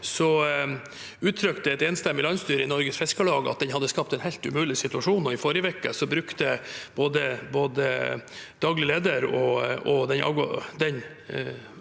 uttrykte et enstemmig landsstyre i Norges Fiskarlag at den hadde skapt en helt umulig situasjon. I forrige uke brukte både daglig leder og den